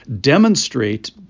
demonstrate